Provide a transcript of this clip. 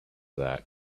that